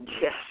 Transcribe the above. Yes